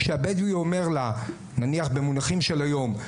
כשהבדואי אומר לה, נניח, במינוחים של היום,